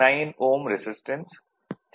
9 Ω resistance 5